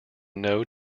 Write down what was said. know